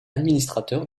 administrateur